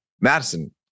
Madison